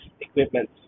equipment